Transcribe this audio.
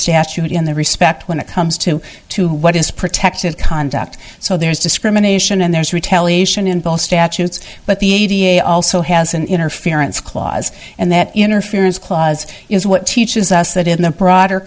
statute in the respect when it comes to to what is protected contact so there is discrimination and there's retaliation in both statutes but the a t a i also has an interference clause and that interference clause is what teaches us that in the broader